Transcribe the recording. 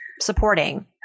supporting